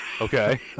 Okay